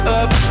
up